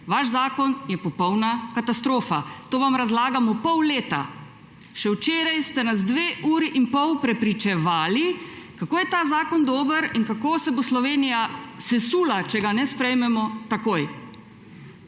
vaš zakon je popolna katastrofa. To vam razlagamo že pol leta. Še včeraj ste nas dve uri in pol prepričevali, kako je ta zakon dober in kako se bo Slovenija sesula, če ga ne sprejmemo takoj.